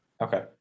Okay